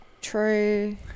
True